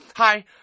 Hi